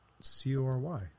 C-O-R-Y